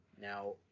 Now